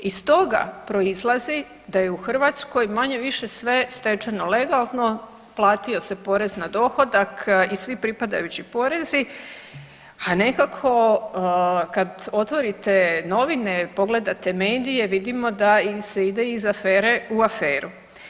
Iz toga proizlazi da je u Hrvatskoj manje-više sve stečeno legalno, platio se porez na dohodak i svi pripadajući porezi, a nekako kad otvorite novine, pogledate medije vidimo da se ide iz afere u aferu.